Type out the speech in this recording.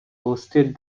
hosted